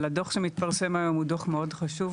הדו"ח שיתפרסם היום הוא דו"ח מאוד חשוב.